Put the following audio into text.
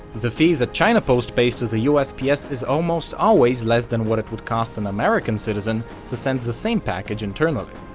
the fee that china post pays to the usps is almost always less than what it would cost an american citizen to send the same package internally.